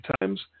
times